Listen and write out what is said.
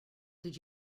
did